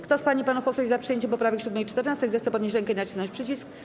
Kto z pań i panów posłów jest za przyjęciem poprawek 7. i 14., zechce podnieść rękę i nacisnąć przycisk.